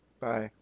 bye